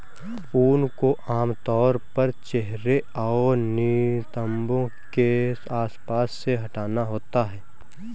ऊन को आमतौर पर चेहरे और नितंबों के आसपास से हटाना होता है